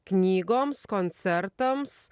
knygoms koncertams